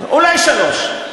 אולי שלוש,